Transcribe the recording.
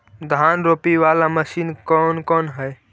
धान रोपी बाला मशिन कौन कौन है?